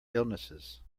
illnesses